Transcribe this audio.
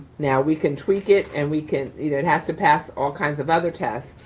now we can tweak it and we can, you know it has to pass all kinds of other tests,